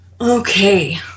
Okay